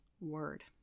word